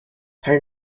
her